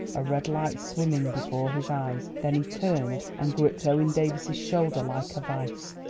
a red light swimming before his eyes. then he turned and gripped owen davies's shoulder like a vice.